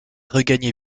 regagner